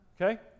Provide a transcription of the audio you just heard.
Okay